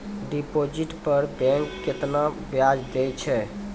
Deposit पर bank केतना ब्याज दै छै?